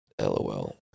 LOL